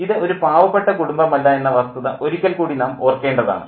ഇത് ഒരു പാവപ്പെട്ട കുടുംബമല്ല എന്ന വസ്തുത ഒരിക്കൽ കൂടി നാം ഓർക്കേണ്ടതാണ്